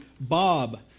Bob